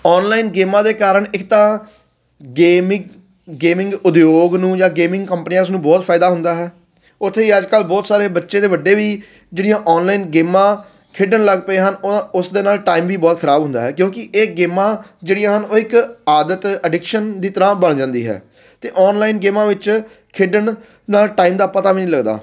online ਗੇਮਾਂ ਦੇ ਕਾਰਨ ਇੱਕ ਤਾਂ ਗੇਮਿੰਗ ਗੇਮਿੰਗ ਉਦਯੋਗ ਨੂੰ ਜਾਂ ਗੇਮਿੰਗ ਕੰਪਨੀਆਂ ਨੂੰ ਬਹੁਤ ਫਾਇਦਾ ਹੁੰਦਾ ਹੈ ਉੱਥੇ ਹੀ ਅੱਜ ਕੱਲ੍ਹ ਬਹੁਤ ਸਾਰੇ ਬੱਚੇ ਦੇ ਵੱਡੇ ਵੀ ਜਿਹੜੀਆਂ ਔਨਲਾਈਨ ਗੇਮਾਂ ਖੇਡਣ ਲੱਗ ਪਏ ਹਨ ਉਸ ਦੇ ਨਾਲ ਟਾਈਮ ਵੀ ਬਹੁਤ ਖਰਾਬ ਹੁੰਦਾ ਹੈ ਕਿਉਂਕਿ ਇਹ ਗੇਮਾਂ ਜਿਹੜੀਆਂ ਹਨ ਉਹ ਇੱਕ ਆਦਤ ਅਡਿਕਸ਼ਨ ਦੀ ਤਰ੍ਹਾਂ ਬਣ ਜਾਂਦੀ ਹੈ ਅਤੇ ਔਨਲਾਈਨ ਗੇਮਾਂ ਵਿੱਚ ਖੇਡਣ ਦਾ ਟਾਈਮ ਦਾ ਪਤਾ ਵੀ ਨਹੀਂ ਲੱਗਦਾ